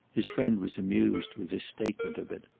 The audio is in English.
his friend was amused with this statement of it.